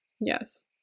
Yes